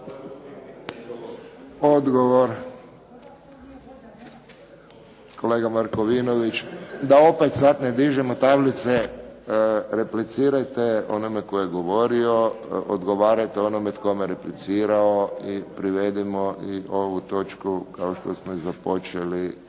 Odgovor, kolega Markovinović. Da opet sad ne dižemo tablice, replicirajte onome tko je govorio, odgovarajte onome tko je replicirao i privedimo i ovu točku, kao što smo i započeli